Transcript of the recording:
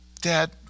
dad